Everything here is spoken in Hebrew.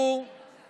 ששמרו